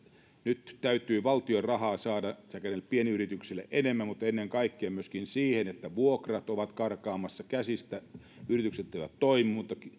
nyt täytyy valtion rahaa saada näille pienyrityksille enemmän mutta ennen kaikkea myöskin siihen että vuokrat ovat karkaamassa käsistä yritykset eivät toimi mutta